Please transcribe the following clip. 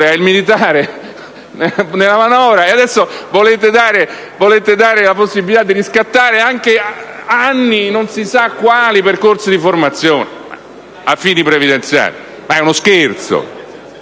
e adesso volete dare la possibilità di riscattare degli anni di non si sa quali percorsi di formazione a fini previdenziali, anche